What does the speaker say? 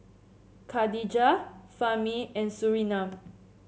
Khadija Fahmi and Surinam